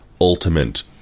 ultimate